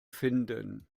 finden